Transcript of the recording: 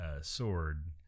Sword